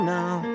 now